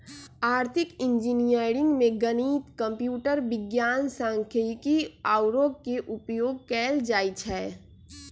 आर्थिक इंजीनियरिंग में गणित, कंप्यूटर विज्ञान, सांख्यिकी आउरो के उपयोग कएल जाइ छै